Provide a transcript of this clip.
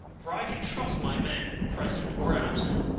for i can trust my men, present or absent